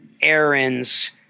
errands